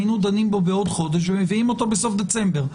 היינו דנים בו בעוד חודש ומביאים אותו בסוף דצמבר.